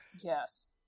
Yes